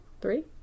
three